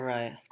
Right